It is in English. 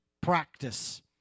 practice